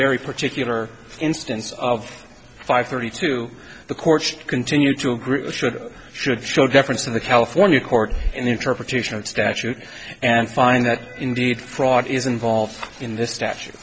very particular instance of five thirty two the courts continue to a group should should show deference to the california court interpretation of statute and find that indeed fraud is involved in this statu